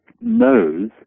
knows